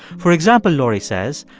for example, laurie says,